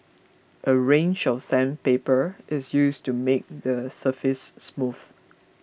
a range of sandpaper is used to make the surface smooth